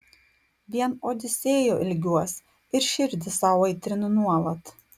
vien odisėjo ilgiuos ir širdį sau aitrinu nuolat